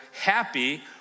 happy